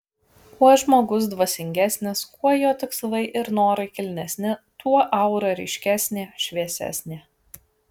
kuo žmogus dvasingesnis kuo jo tikslai ir norai kilnesni tuo aura ryškesnė šviesesnė